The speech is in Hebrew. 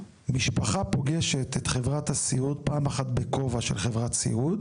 שמשפחה פוגשת את חברת הסיעוד פעם אחת בכובע של חברת סיעוד.